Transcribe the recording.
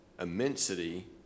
immensity